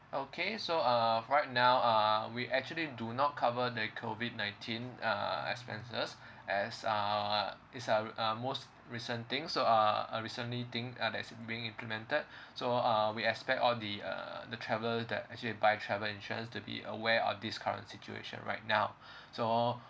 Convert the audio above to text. okay so uh right now uh we actually do not cover the COVID nineteen uh expenses as uh it's uh uh most recent thing so uh uh recently thing uh that's being implemented so uh we expect all the uh the traveler that actually buy travel insurance to be aware of this current situation right now so